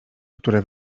które